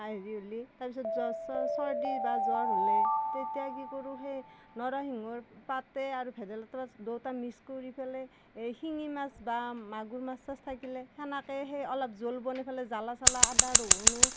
আৰু হেৰি হ'লি তাৰ পিছত জ্বৰ চৰ চৰ্দী বা জ্বৰ হ'লে তেতিয়া কি কৰোঁ সেই নৰসিংহৰ পাতে আৰু ভেদাইলতাৰ দুয়োটা মিক্স কৰি পেলাই এই শিঙি মাছ বা মাগুৰ মাছ চাছ থাকিলে সেনেকেই সেই অলপ জোল বনাই পেলাই জ্বালা চালা আদা ৰহুন